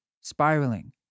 spiraling